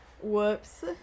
Whoops